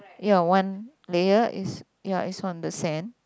ya one layer is ya is on the sand